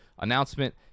announcement